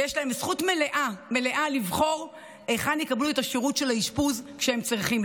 ויש להם זכות מלאה לבחור היכן יקבלו את השירות של האשפוז שהם צריכים.